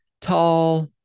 tall